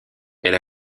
elle